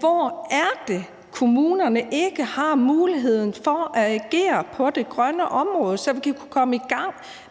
hvor det er, kommunerne ikke har muligheden for at agere på det grønne område, så vi kan komme i gang